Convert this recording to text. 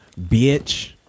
bitch